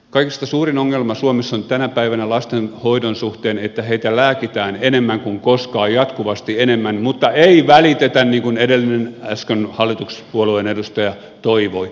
kaikista suurin ongelma suomessa on tänä päivänä lasten hoidon suhteen että heitä lääkitään enemmän kuin koskaan jatkuvasti enemmän mutta ei välitetä niin kuin äsken edellinen hallituspuolueen edustaja toivoi